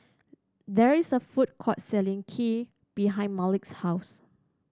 there is a food court selling Kheer behind Malik's house